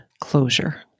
closure